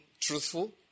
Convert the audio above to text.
truthful